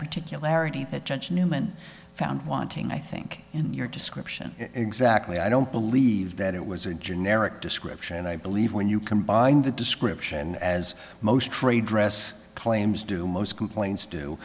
particularity that judge newman found wanting i think in your description exactly i don't believe that it was a generic description i believe when you combine the description as most trade dress claims do most complaints do